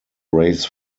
race